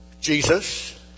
Jesus